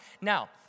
Now